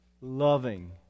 loving